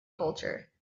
culture